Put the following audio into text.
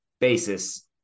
basis